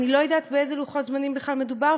אני לא יודעת באיזה לוחות זמנים בכלל מדובר,